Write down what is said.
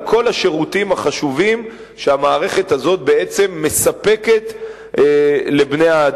על כל השירותים החשובים שהמערכת הזאת בעצם מספקת לבני-האדם.